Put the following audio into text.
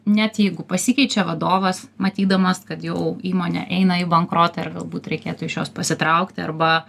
net jeigu pasikeičia vadovas matydamas kad jau įmonė eina į bankrotą ir galbūt reikėtų iš jos pasitraukti arba